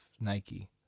Nike